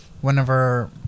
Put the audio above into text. whenever